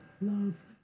love